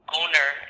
owner